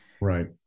Right